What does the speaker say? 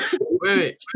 wait